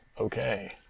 Okay